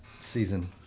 season